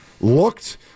looked